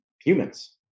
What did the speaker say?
humans